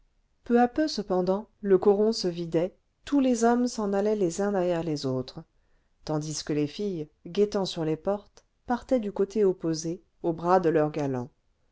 peu à peu cependant le coron se vidait tous les hommes s'en allaient les uns derrière les autres tandis que les filles guettant sur les portes partaient du côté opposé au bras de leurs galants